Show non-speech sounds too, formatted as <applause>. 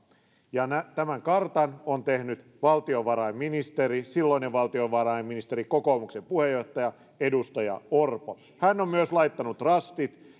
ja tämän kartan on tehnyt valtiovarainministeri silloinen valtiovarainministeri kokoomuksen puheenjohtaja edustaja orpo hän on myös laittanut rastit <unintelligible>